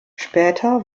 später